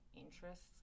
interests